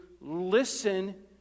listen